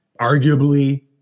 Arguably